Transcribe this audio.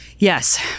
Yes